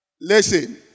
Listen